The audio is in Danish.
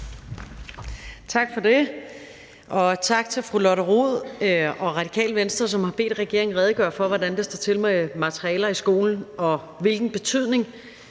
Tak for det. Og tak til fru Lotte Rod og Radikale Venstre, som har bedt regeringen redegøre for, hvordan det står til med materialer i skolen, og hvilken betydning